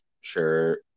sure